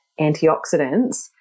antioxidants